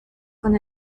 con